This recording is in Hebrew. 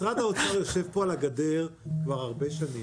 משרד האוצר יושב פה על הגדר כבר הרבה שנים.